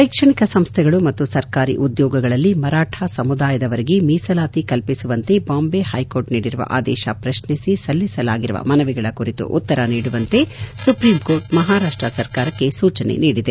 ಶೈಕ್ಷಣಿಕ ಸಂಸ್ಥೆಗಳು ಮತ್ತು ಸರ್ಕಾರಿ ಉದ್ಯೋಗಗಳಲ್ಲಿ ಮರಾಠ ಸಮುದಾಯದವರಿಗೆ ಮೀಸಲಾತಿ ಕಲ್ಪಿಸುವಂತೆ ಬಾಂಬೆ ಹೈಕೋರ್ಟ್ ನೀಡಿರುವ ಆದೇಶ ಪ್ರಶ್ನಿಸಿ ಸಲ್ಲಿಸಲಾಗಿರುವ ಮನವಿಗಳ ಕುರಿತು ಉತ್ತರ ನೀಡುವಂತೆ ಸುಪ್ರೀಂ ಕೋರ್ಟ್ ಮಹಾರಾಷ್ಷ ಸರ್ಕಾರಕ್ಕೆ ಸೂಚನೆ ನೀಡಿದೆ